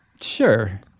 Sure